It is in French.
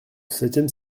septième